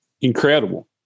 incredible